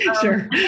Sure